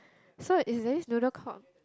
so it's there's this noodle called